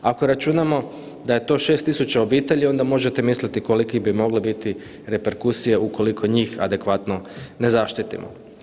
Ako računamo da je to 6 tisuća obitelji, onda možete misliti kolike bi mogle biti reperkusije ukoliko njih adekvatno ne zaštitimo.